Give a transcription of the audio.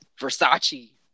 Versace